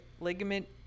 ligament